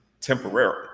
temporarily